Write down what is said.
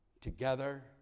together